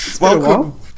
welcome